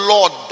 Lord